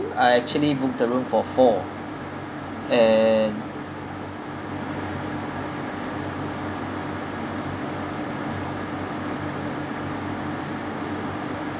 I actually booked the room for four and